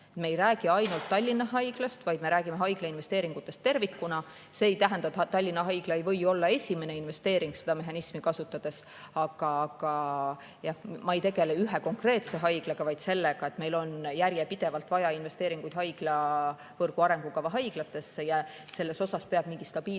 Me ei räägi ainult Tallinna Haiglast, vaid me räägime haiglainvesteeringutest tervikuna. See ei tähenda, et Tallinna Haigla ei või olla esimene investeering seda mehhanismi kasutades. Aga jah, ma ei tegele ühe konkreetse haiglaga, vaid sellega, et meil on järjepidevalt vaja investeeringuid haiglavõrgu arengukava haiglatesse, ja selles peab mingi stabiilsus